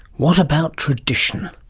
what about tradition?